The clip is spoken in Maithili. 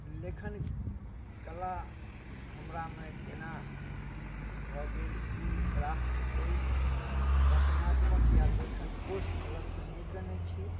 लेखन कला हमरामे केना भऽ गेल ई एकरा हम कोइ रचनात्मक या लेखन कोर्स अलगसँ नहि कयने छी